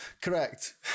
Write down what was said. Correct